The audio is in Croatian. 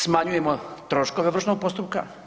Smanjujemo troškove ovršnog postupka.